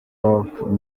taught